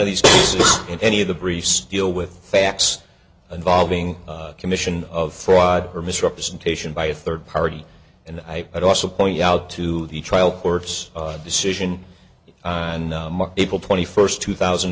cases in any of the briefs deal with facts involving commission of fraud or misrepresentation by a third party and i would also point out to the trial court's decision on april twenty first two thousand